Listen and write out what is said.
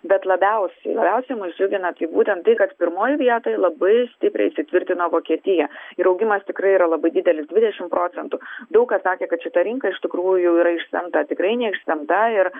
bet labiausiai labiausiai mus džiugina tai būtent tai kad pirmoj vietoj labai stipriai įsitvirtino vokietija ir augimas tikrai yra labai didelis dvidešimt procentų daug kas sakė kad šita rinka iš tikrųjų yra išsemta tikrai neišsemta ir